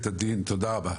תודה רבה.